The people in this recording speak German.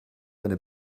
eine